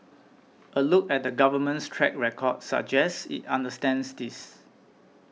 a look at the Government's track record suggests it understands this